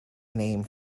named